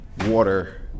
water